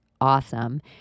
awesome